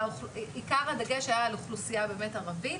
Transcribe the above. עיקר הדגש היה על אוכלוסיה באמת ערבית,